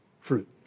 fruit